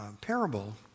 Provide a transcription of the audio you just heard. parable